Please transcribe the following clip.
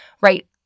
Right